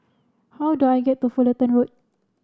how do I get to Fullerton Road